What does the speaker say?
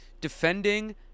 defending